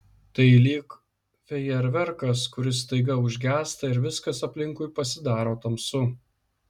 tai lyg fejerverkas kuris staiga užgęsta ir viskas aplinkui pasidaro tamsu